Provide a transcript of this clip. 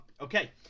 okay